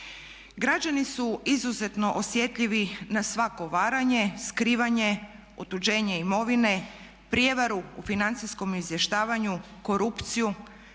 Građani su izuzetno osjetljivi na svako varanje, skrivanje, otuđenje imovine, prijevaru u financijskom izvještavanju, korupciju